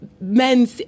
men